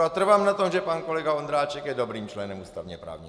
A trvám na tom, že pan kolega Ondráček je dobrým členem ústavněprávního výboru.